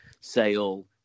Sale